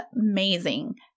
amazing